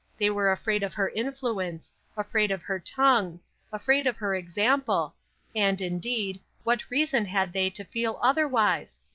they were afraid of her influence afraid of her tongue afraid of her example and, indeed, what reason had they to feel otherwise?